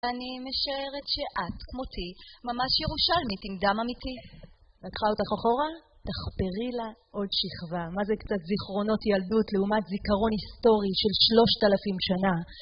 אני משערת שאת, כמותי, ממש ירושלמית עם דם אמיתי. לקחה אותך אחורה, תחפרי לה עוד שכבה. מה זה קצת זיכרונות ילדות לעומת זיכרון היסטורי של שלושת אלפים שנה?